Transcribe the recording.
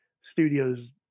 studios